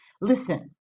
listen